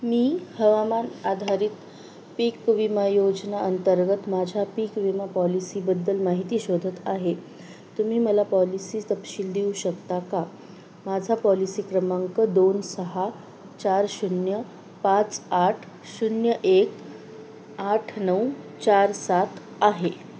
मी हवामान आधारित पीक विमा योजना अंतर्गत माझ्या पीक विमा पॉलिसीबद्दल माहिती शोधत आहे तुम्ही मला पॉलिसी तपशील देऊ शकता का माझा पॉलिसी क्रमांक दोन सहा चार शून्य पाच आठ शून्य एक आठ नऊ चार सात आहे